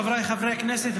חבריי חברי הכנסת,